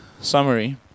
summary